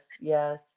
yes